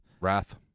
Wrath